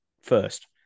first